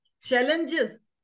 challenges